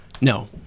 no